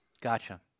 Gotcha